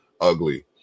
ugly